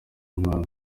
intwaro